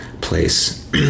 place